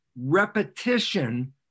Repetition